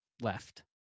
left